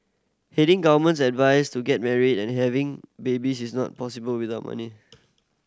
heeding government's advice to get married and having babies is not possible without money